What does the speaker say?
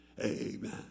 Amen